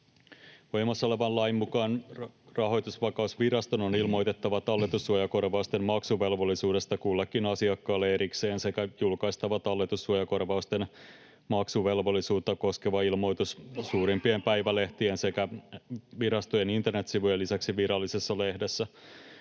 Voimassa olevan lain mukaan Rahoitusvakausviraston on ilmoitettava talletussuojakorvausten maksuvelvollisuudesta kullekin asiakkaalle erikseen sekä julkaistava talletussuojakorvausten maksuvelvollisuutta koskeva ilmoitus suurimpien päivälehtien sekä virastojen internetsivujen lisäksi Virallisessa lehdessä.